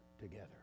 together